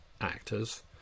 actors